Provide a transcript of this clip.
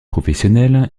professionnel